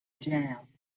jam